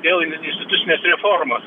dėl institucinės reformos